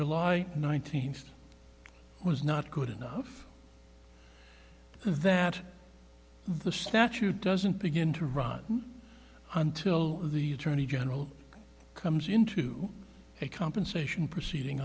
july nineteenth was not good enough and that the statute doesn't begin to run until the attorney general comes into a compensation proceeding